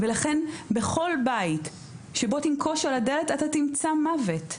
לכן בכל בית שבו תנקוש על הדלת אתה תמצא מוות.